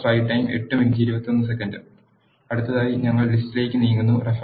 അടുത്തതായി ഞങ്ങൾ ലിസ്റ്റ് യിലേക്ക് നീങ്ങുന്നു